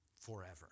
forever